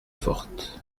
fortes